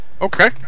Okay